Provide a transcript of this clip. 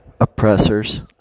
oppressors